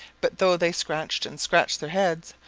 but though they scratched and scratched their heads,